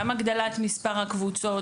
גם הגדלת מספר הקבוצות.